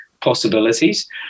possibilities